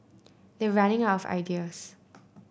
they're running out of ideas